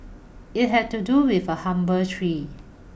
it had to do with a humble tree